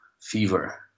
fever